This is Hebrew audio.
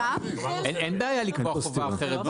אין בעיה לקבוע חובה אחרת בחוק למסור מידע.